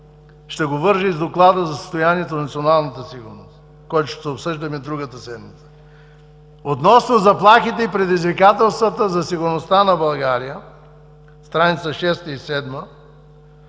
Ще го вържа и с Доклада за националната сигурност, който ще обсъждаме другата седмица. Относно заплахите и предизвикателствата за сигурността на България – на стр. 6 и 7,